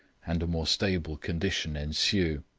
and a more stable condition ensue.